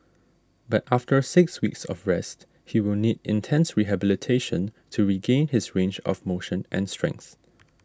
but after six weeks of rest he will need intense rehabilitation to regain his range of motion and strength